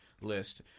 list